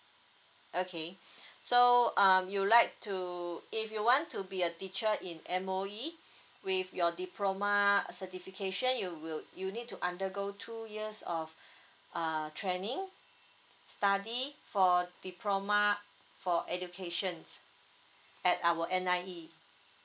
okay so uh you would like to if you want to be a teacher in M_O_E with your diploma certification you will you need to undergo two years of uh training study for diploma for educations at our N I E